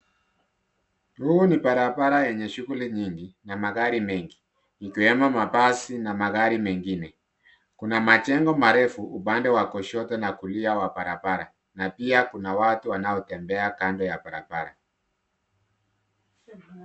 Huu ni barabara enye shughuli nyingi na magari mengi ikiwemo mabasi na magari mengine, kuna mejengo marefu upande wa kushoto na kulia wa barabara na pia kuna watu, wanaotembea kando ya barabara.